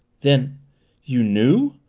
then you knew?